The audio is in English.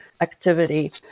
activity